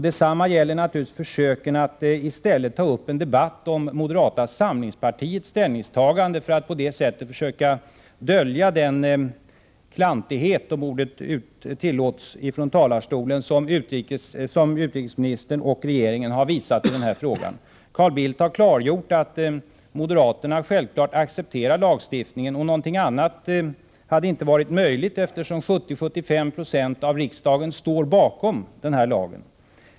Detsamma gäller naturligtvis försöken att i stället ta upp en debatt om moderata samlingspartiets ställningstagande, för att på det sättet dölja den klantighet — om ordet tillåts från talarstolen — som utrikesministern och regeringen har visat i denna fråga. Carl Bildt har klargjort att moderaterna självfallet accepterar lagstiftningen. Någonting annat hade inte heller varit möjligt, eftersom 70-75 96 av riksdagen står bakom den.